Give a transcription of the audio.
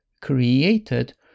created